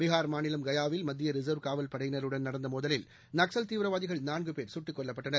பீகார் மாநிலம் கயாவில் மத்தியரிசர்வ் காவல் படையினருடன் நடந்தமோதலில் நக்ஸல் தீவிரவாதிகள் நான்குபேர் சுட்டுக்கொல்லப்பட்டனர்